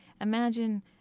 Imagine